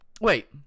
Wait